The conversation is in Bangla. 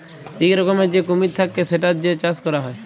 ইক রকমের যে কুমির থাক্যে সেটার যে চাষ ক্যরা হ্যয়